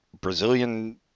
Brazilian